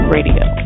Radio